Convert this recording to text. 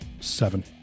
Seven